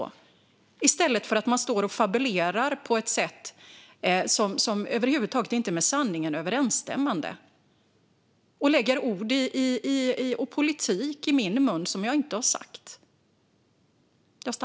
Det kan man svara på i stället för att stå och fabulera på ett sätt som över huvud taget inte är med sanningen överensstämmande och lägga ord och politik i min mun som jag inte har sagt.